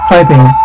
Typing